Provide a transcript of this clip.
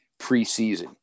preseason